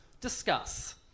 Discuss